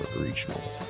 regional